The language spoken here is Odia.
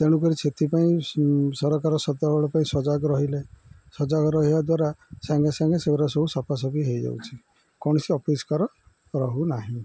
ତେଣୁକରି ସେଥିପାଇଁ ସ ସରକାର ସେତେବେଳ ପାଇଁ ସଜାଗ ରହିଲେ ସଜାଗ ରହିବା ଦ୍ୱାରା ସାଙ୍ଗେ ସାଙ୍ଗେ ସେଗୁଡ଼ା ସବୁ ସଫାସଫି ହେଇଯାଉଛିି କୌଣସି ଅପରିଷ୍କାର ରହୁନାହିଁ